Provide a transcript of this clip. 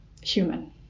human